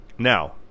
Now